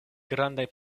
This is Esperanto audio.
grandaj